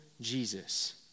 Jesus